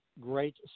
great